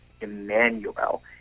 Emmanuel